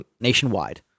nationwide